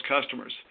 customers